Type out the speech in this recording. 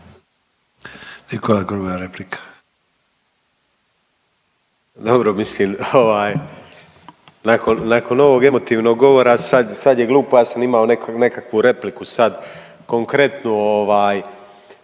Nikola (MOST)** Dobro mislim ovaj nakon, nakon ovog emotivnog govora sad, sad je glupo, ja sam imao nekakvu repliku sad konkretnu ovaj,